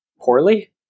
poorly